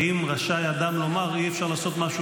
האם רשאי אדם לומר: אי-אפשר לעשות משהו